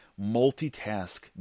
multitask